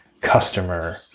customer